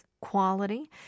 quality